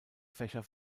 fächer